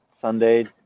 Sunday